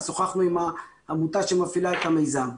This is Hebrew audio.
ושוחחנו עם העמותה שמפעילה את המיזם.